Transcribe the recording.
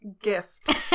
gift